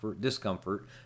discomfort